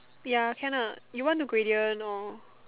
ya can ah you want to gradient or